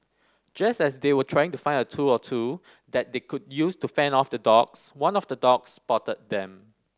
just as they were trying to find a tool or two that they could use to fend off the dogs one of the dogs spotted them